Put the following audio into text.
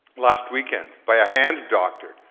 last weekend, by a hand doctor.